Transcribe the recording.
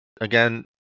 again